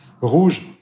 Rouge